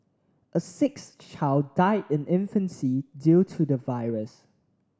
a sixth child died in infancy due to the virus